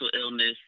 illness